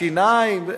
שיניים.